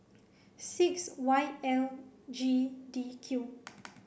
six Y L G D Q